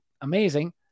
amazing